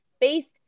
based